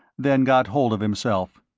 then got hold of himself.